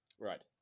Right